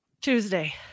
tuesday